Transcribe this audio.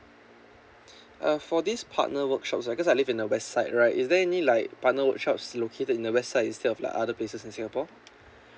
uh for these partnered workshops ah cause I live in a west side right is there any like partnered workshops located in the west side instead of like other places in singapore